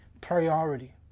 priority